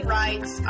rights